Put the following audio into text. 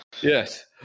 Yes